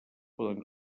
poden